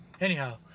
anyhow